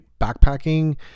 backpacking